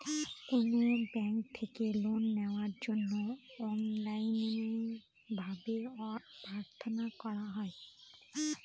কোনো ব্যাঙ্ক থেকে লোন নেওয়ার জন্য অনলাইনে ভাবে প্রার্থনা করা হয়